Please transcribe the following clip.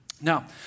Now